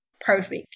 perfect